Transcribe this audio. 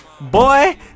boy